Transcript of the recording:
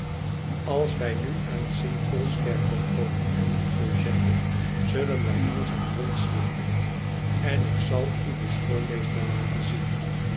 als wij nu aan het st paulskerkhof komen hernam eugène zullen wij langzaam rondslenteren en ik zal u den schoolmeester laten zien